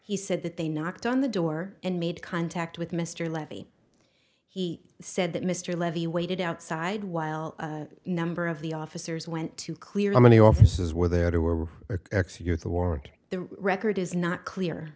he said that they knocked on the door and made contact with mr levy he said that mr levy waited outside while number of the officers went to clear the many offices where there were x you're the ward the record is not clear